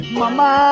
mama